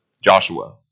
Joshua